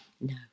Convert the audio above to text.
No